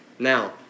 Now